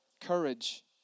Courage